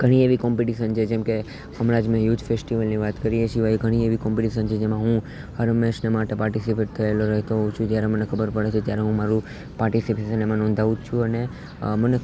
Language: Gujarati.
ઘણી એવી કોમ્પિટિશન છે જેમકે હમણાં જ મેં યૂથ ફેસ્ટિવલની વાત કરી એ સિવાય ઘણી એવી કોમ્પિટિશન છે જેમાં હું હર હંમેશને માટે પાર્ટીસિપેટ થયેલો રહેતો હોઉં છું જ્યારે મને ખબર પડે છે ત્યારે હું મારું પાર્ટીસિપેસન એમાં નોંધાવું જ છું અને મને